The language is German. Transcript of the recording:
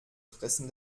fressen